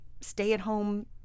stay-at-home